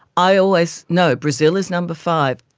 i always know brazil is number five.